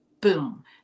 boom